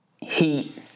Heat